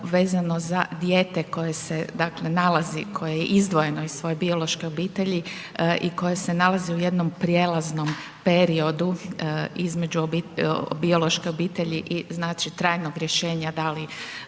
vezano za dijete koje se, dakle, nalazi, koje je izdvojeno iz svoje biološke obitelji i koje se nalazi u jednom prijelaznom periodu između biološke obitelji i trajnog rješenja, da li